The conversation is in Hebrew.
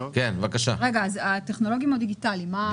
זה "טכנולוגיים" או "דיגיטליים"?